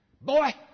Boy